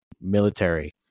military